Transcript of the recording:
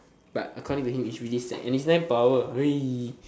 but according to him is really slack and it's ten per hour